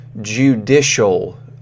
judicial